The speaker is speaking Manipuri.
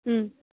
ꯎꯝ